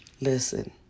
Listen